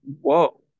whoa